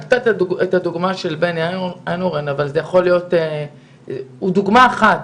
הצגת את הדוגמה של בנו ריינהורן אבל הוא דוגמה אחת,